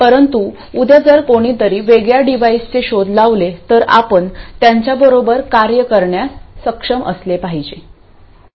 परंतु उद्या जर कोणीतरी वेगळ्या डिव्हाइसचे शोध लावले तर आपण त्यांच्याबरोबर कार्य करण्यास सक्षम असले पाहिजे